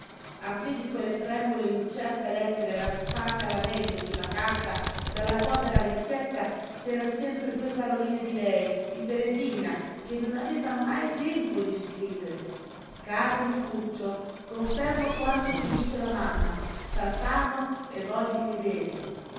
piè di quelle tremule incerte lettere raspate alla meglio su la carta dalla povera vecchietta c'eran sempre due paroline di lei di teresina che non aveva mai tempo di scrivere caro micuccio confermo quanto ti dice la mamma sta sano e voglimi bene